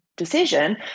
decision